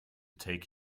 take